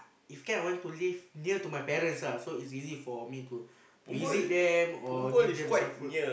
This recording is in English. if can I want to live near to my parents lah so easily for me to visit them or give them some food